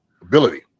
ability